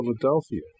Philadelphia